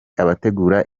abategura